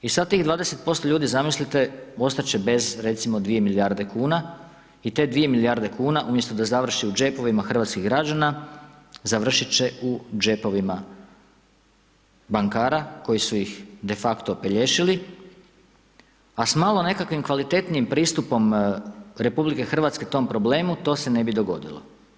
I sada tih 20% ljudi, zamislite, ostati će bez recimo 2 milijarde kn, i te 2 milijarde kn umjesto da završi u džepovima hrvatskih građana, završiti će u džepovima bankara, koji su ih de facto opelješili, a s malo nekakvim kvalitetnim pristupom, RH, tom problemu to se ne bi dogodilo.